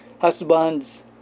Husbands